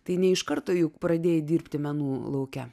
tai ne iš karto juk pradėjai dirbti menų lauke